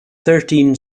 thirteen